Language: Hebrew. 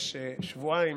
יש שבועיים